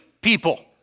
people